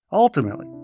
Ultimately